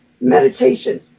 meditation